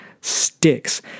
sticks